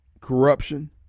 corruption